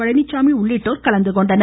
பழனிச்சாமி உள்ளிட்டோர் கலந்துகொண்டனர்